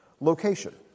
location